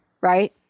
Right